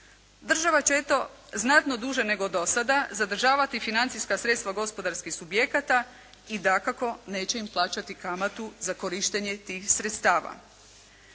Država će eto znatno duže nego do sada zadržavati financijska sredstva gospodarskih subjekata i dakako neće im plaćati kamatu za korištenje tih sredstava.